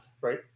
right